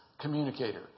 communicator